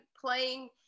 playing